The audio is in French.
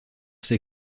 ses